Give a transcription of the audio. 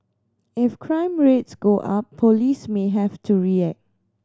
if crime rates go up police may have to react